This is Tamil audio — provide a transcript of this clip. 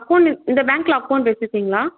அகௌண்ட்ல இந்த பேங்க்ல அகௌண்ட் வச்சிருக்கிங்களா